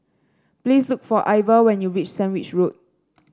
please look for Iver when you reach Sandwich Road